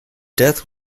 death